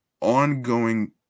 ongoing